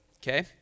Okay